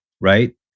right